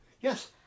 Yes